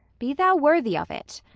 be thou worthy of it.